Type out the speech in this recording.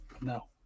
No